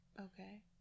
Okay